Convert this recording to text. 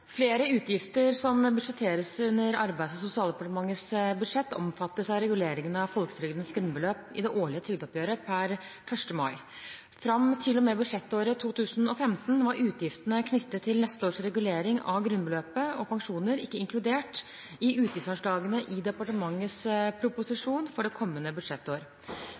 Flere utgifter som budsjetteres under Arbeids- og sosialdepartementets budsjett, omfattes av reguleringen av folketrygdens grunnbeløp i det årlige trygdeoppgjøret per 1. mai. Fram til og med budsjettåret 2015 var utgiftene knyttet til neste års regulering av grunnbeløpet og pensjoner ikke inkludert i utgiftsanslagene i departementets proposisjon for det kommende budsjettår.